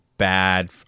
bad